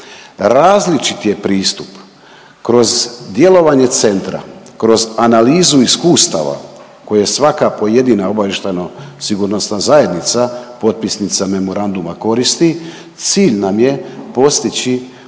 Različiti je pristup kroz djelovanje centra, kroz analizu iskustava koje svaka pojedina obavještajno sigurnosna zajednica, potpisnica memoranduma koristi cilj nam je postići